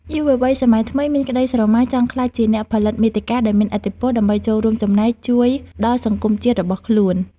យុវវ័យសម័យថ្មីមានក្តីស្រមៃចង់ក្លាយជាអ្នកផលិតមាតិកាដែលមានឥទ្ធិពល ដើម្បីចូលរួមចំណែកជួយដល់សង្គមជាតិរបស់ខ្លួន។